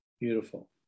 beautiful